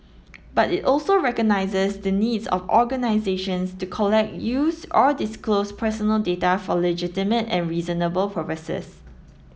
but it also recognises the needs of organisations to collect use or disclose personal data for legitimate and reasonable purposes